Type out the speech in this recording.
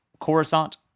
coruscant